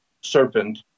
serpent